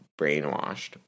brainwashed